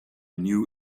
knew